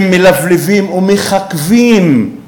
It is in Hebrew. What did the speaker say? שמלבלבים ומככּבים,